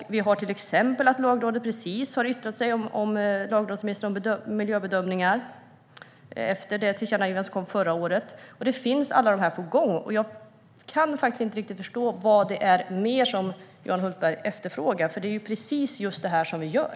Lagrådet har precis yttrat sig över remissen om miljöbedömningar, efter det tillkännagivande som kom förra året. Allt detta är på gång. Jag kan inte riktigt förstå vad mer det är som Johan Hultberg efterfrågar, för det är ju just detta som vi gör.